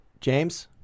James